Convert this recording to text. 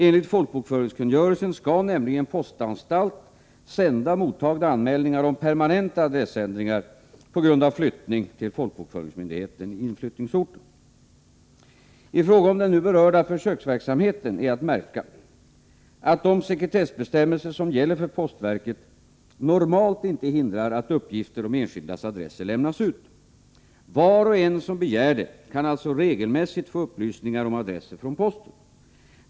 Enligt folkbokföringskungörelsen skall nämligen postanstalt sända mottagna anmälningar om permanenta adressändringar på grund av flyttning till folkbokföringsmyndigheten i inflyttningsorten. I fråga om den nu berörda försöksverksamheten är att märka att de sekretessbestämmelser som gäller för postverket normalt inte hindrar att uppgifter om enskildas adresser lämnas ut. Var och en som begär det kan alltså regelmässigt få upplysningar om adresser från posten.